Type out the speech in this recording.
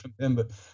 remember